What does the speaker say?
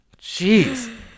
Jeez